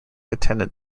attended